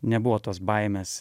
nebuvo tos baimės